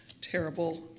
terrible